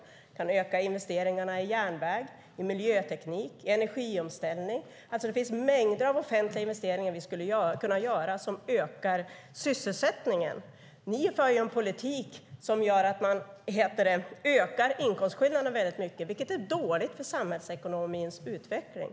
Man kan öka investeringarna i järnväg, miljöteknik och energiomställning. Det finns mängder av offentliga investeringar som vi skulle kunna göra som ökar sysselsättningen. Ni för däremot en politik som gör att man ökar inkomstskillnaden väldigt mycket, vilket är dåligt för samhällsekonomins utveckling.